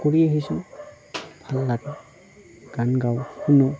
কৰি আহিছোঁ ভাল লাগে গান গাওঁ শুনো